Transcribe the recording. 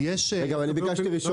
אבל אני ביקשתי לשאול